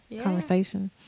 conversation